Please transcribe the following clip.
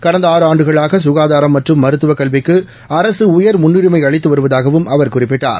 கடந்த ஆறு ஆண்டுகளாக சுகாதாரம் மற்றும் மருத்துவக் கல்விக்கு அரசு உயர் முன்னுரிமை அளித்து வருவதாகவும் அவர் குறிப்பிட்டார்